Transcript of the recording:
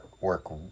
work